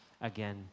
again